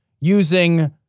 using